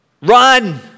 Run